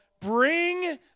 bring